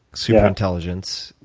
superintelligence.